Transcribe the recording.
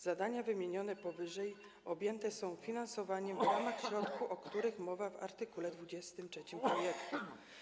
Zadania wymienione powyżej objęte są finansowaniem w ramach środków, o których mowa w art. 23 projektu.